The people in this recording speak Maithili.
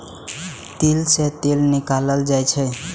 तिल सं तेल निकालल जाइ छै